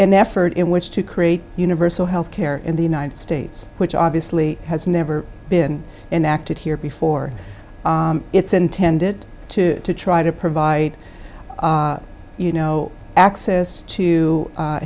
an effort in which to create universal health care in the united states which obviously has never been enacted here before it's intended to try to provide you know access to